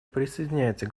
присоединяется